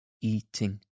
eating